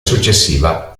successiva